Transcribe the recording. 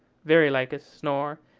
very like a snore,